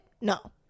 No